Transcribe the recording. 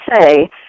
say